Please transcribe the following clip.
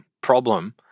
problem